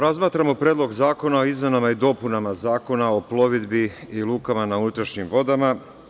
Razmatramo Predlog zakona o izmenama i dopunama Zakona o plovidbi i lukama na unutrašnjim vodama.